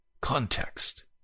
context